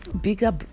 Bigger